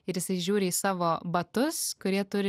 ir jisai žiūri į savo batus kurie turi